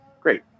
great